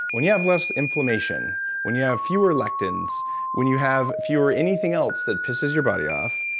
when you have less inflammation, when you have fewer lectins when you have fewer anything else that pisses your body off,